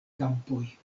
kampoj